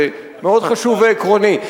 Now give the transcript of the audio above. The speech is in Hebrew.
זה מאוד חשוב ועקרוני.